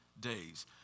days